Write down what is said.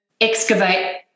excavate